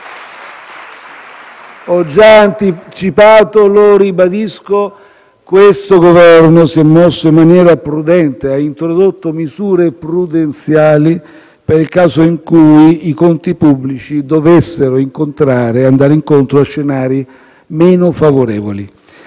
Ho già anticipato e lo ribadisco che questo Governo si è mosso in maniera prudente e ha introdotto misure prudenziali per il caso in cui i conti pubblici dovessero andare incontro a scenari meno favorevoli.